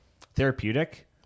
therapeutic